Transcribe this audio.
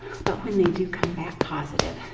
but when they do come back positive,